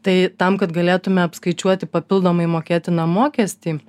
tai tam kad galėtume apskaičiuoti papildomai mokėtiną mokestį